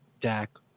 Dak